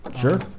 sure